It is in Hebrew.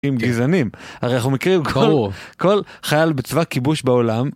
עם גזענים, הרי אנחנו מכירים כל חייל בצבא כיבוש בעולם